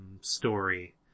story